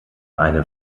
eine